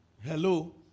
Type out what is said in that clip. Hello